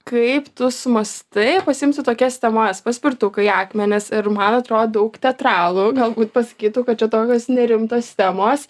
kaip tu sumąstai pasiimsiu tokias temas paspirtukai akmenys ir man atrodo daug teatralų galbūt pasakytų kad čia tokios nerimtos temos